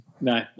no